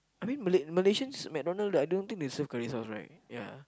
I mean Malay Malaysians McDonald's I don't think they serve curry sauce right ya